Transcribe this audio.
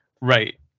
Right